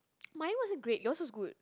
mine wasn't great yours was good